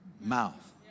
mouth